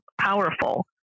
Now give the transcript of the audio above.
powerful